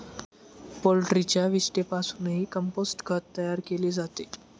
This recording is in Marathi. पोल्ट्रीच्या विष्ठेपासूनही कंपोस्ट खत तयार केले जाते